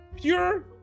Pure